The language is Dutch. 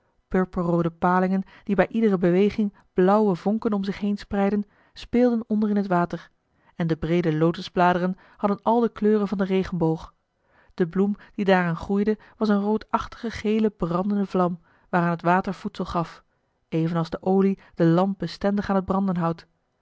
purperroode palingen die bij iedere beweging blauwe vonken om zich heen spreidden speelden onder in het water en de breede lotusbladeren hadden al de kleuren van den regenboog de bloem die daaraan groeide was een roodachtige gele brandende vlam waaraan het water voedsel gaf evenals de olie de lamp bestendig aan het branden